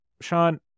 Sean